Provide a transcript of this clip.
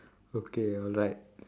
okay alright